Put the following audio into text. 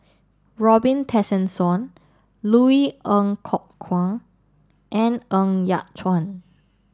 Robin Tessensohn Louis Ng Kok Kwang and Ng Yat Chuan